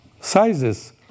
sizes